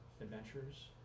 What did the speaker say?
adventures